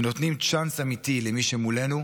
ונותנים צ'אנס אמיתי למי שמולנו,